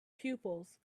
pupils